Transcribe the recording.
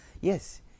Yes